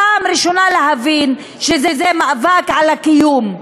פעם ראשונה להבין שזה מאבק על הקיום,